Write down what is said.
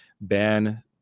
ban